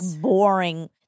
boring